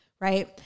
right